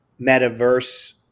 metaverse